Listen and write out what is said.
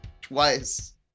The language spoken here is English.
twice